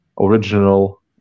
original